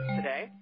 today